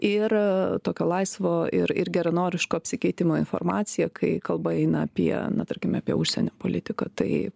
ir tokio laisvo ir ir geranoriško apsikeitimo informacija kai kalba eina apie na tarkime apie užsienio politiką tai